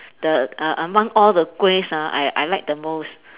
the uh among all the kuehs ah I I like the most